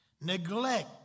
Neglect